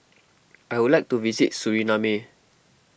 I would like to visit Suriname